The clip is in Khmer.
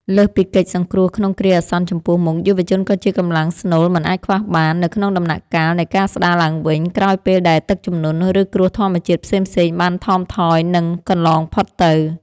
លើសពីកិច្ចសង្គ្រោះក្នុងគ្រាអាសន្នចំពោះមុខ យុវជនក៏ជាកម្លាំងស្នូលមិនអាចខ្វះបាននៅក្នុងដំណាក់កាលនៃការស្ដារឡើងវិញ ក្រោយពេលដែលទឹកជំនន់ ឬគ្រោះធម្មជាតិផ្សេងៗបានថមថយ និងកន្លងផុតទៅ។